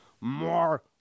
more